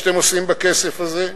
שאתם עושים בכסף הזה?